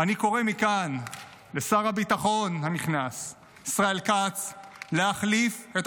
אני קורא מכאן לשר הביטחון הנכנס ישראל כץ להחליף את